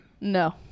No